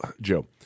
Joe